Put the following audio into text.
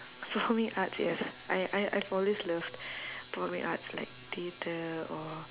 performing arts yes I I I've always loved performing arts like theatre or